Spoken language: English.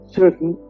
certain